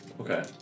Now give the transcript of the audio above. Okay